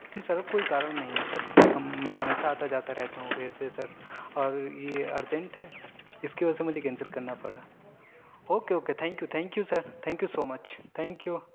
جی sir کوئی کارن نہیں ہے سر ہم میں ہمیشہ آتا جاتا رہتا ہوں ابیر سے سر اور یہ ارجنٹ ہے اس کی وجہ سے مجھے کینسل کرنا پڑ رہا okay okay thank you thank you sir thank you you so much thank you